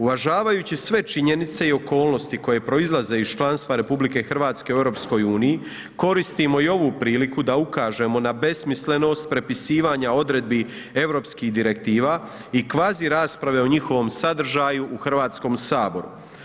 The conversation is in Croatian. Uvažavajući sve činjenice i okolnosti koje proizlaze iz članstva RH u EU, koristimo i ovu priliku da ukažemo na besmislenost prepisivanja odredbi europskih direktiva i kvazi rasprave o njihovom sadržaju u Hrvatskom saboru.